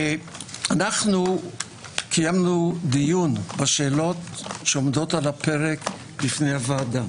אנחנו קיימנו דיון בשאלות שעומדות על הפרק בפני הוועדה.